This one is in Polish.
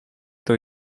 dla